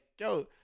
yo